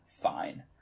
fine